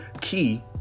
key